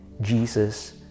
Jesus